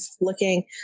looking